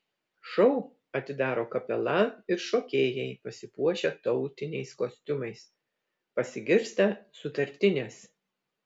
šou atidaro kapela ir šokėjai pasipuošę tautiniais kostiumais pasigirsta sutartinės